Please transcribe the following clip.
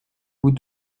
vous